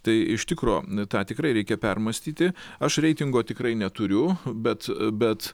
tai iš tikro tą tikrai reikia permąstyti aš reitingo tikrai neturiu bet bet